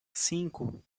cinco